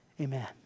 amen